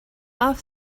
off